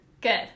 Good